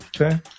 Okay